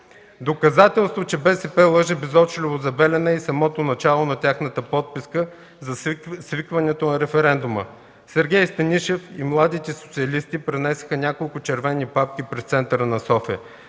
Доказателство, че БСП лъже безочливо за „Белене” е и самото начало на тяхната подписка за свикването на референдума. Сергей Станишев и младите социалисти пренесоха няколко червени папки през центъра на София,